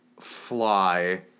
fly